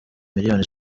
miliyoni